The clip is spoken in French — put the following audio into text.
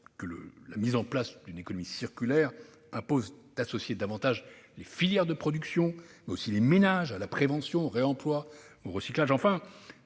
La mise en place d'une économie circulaire impose d'associer davantage les filières de production, mais aussi les ménages à la prévention, au réemploi et au recyclage. Enfin,